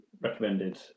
recommended